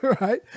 right